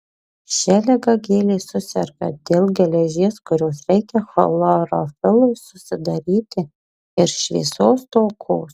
šia liga gėlės suserga dėl geležies kurios reikia chlorofilui susidaryti ir šviesos stokos